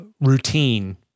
routine